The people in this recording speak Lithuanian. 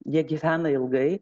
jie gyvena ilgai